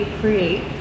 create